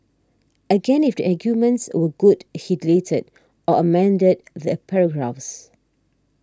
again if the arguments were good he deleted or amended the paragraphs